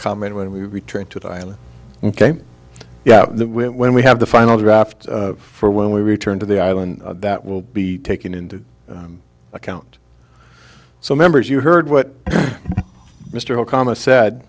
when we return to the island ok yeah when we have the final draft for when we return to the island that will be taken into account so members you heard what mr okama sa